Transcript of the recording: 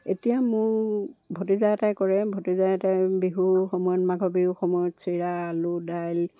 এতিয়া মোৰ ভতিজা এটাই কৰে ভতিজা এটাই বিহু সময়ত মাঘৰ বিহু সময়ত চিৰা আলু দাইল